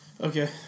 Okay